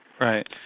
Right